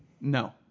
No